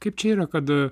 kaip čia yra kad